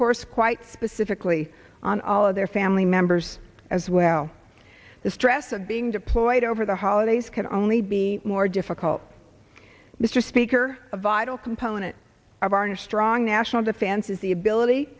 course quite specifically on all of their family members as well the stress of being deployed over the holidays can only be more difficult mr speaker a vital component of our new strong national defense is the ability